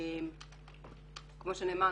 כמו שנאמר,